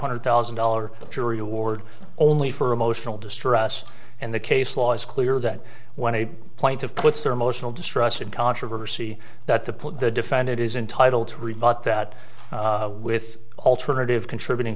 hundred thousand dollars the jury award only for emotional distress and the case law is clear that when a point of puts their emotional distress in controversy that the put the defendant is entitled to rebut that with alternative contributing